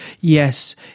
Yes